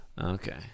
Okay